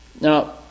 Now